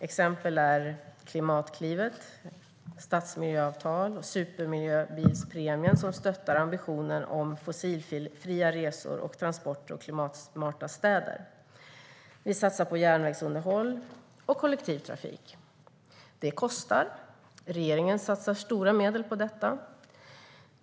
Exempel är Klimatklivet, stadsmiljöavtal och supermiljöbilspremien, som stöttar ambitionen om fossilfria resor och transporter och klimatsmarta städer. Vi satsar på järnvägsunderhåll och kollektivtrafik. Det kostar; regeringen satsar stora medel på detta.